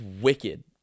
wicked